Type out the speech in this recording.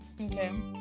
Okay